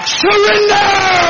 surrender